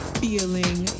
feeling